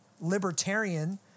libertarian